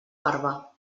barba